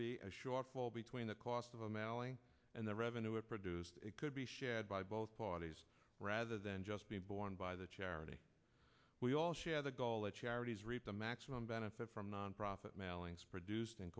be a shortfall between the cost of a mailing and the revenue it produced it could be shared by both parties rather than just being borne by the charity we all share the goal that charities reap the maximum benefit from nonprofit mailings produced in